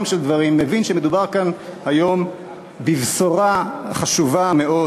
של דברים מבין שמדובר כאן היום בבשורה חשובה מאוד.